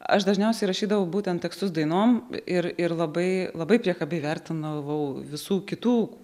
aš dažniausiai rašydavau būtent tekstus dainom ir ir labai labai priekabiai vertindavau visų kitų